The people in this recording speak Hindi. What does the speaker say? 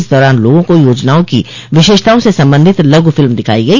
इस दौरान लोगों को योजनाओं की विशेषताओं से संबंधित लघु फिल्म दिखाई गई